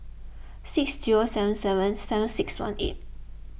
six zero seven seven seven six one eight